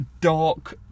dark